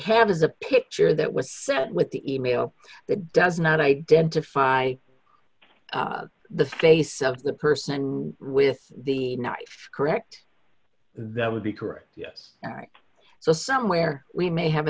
have is the picture that was sent with the e mail that does not identify the face of the person with the knife correct that would be correct yes so somewhere we may have a